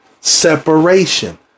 Separation